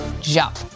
jump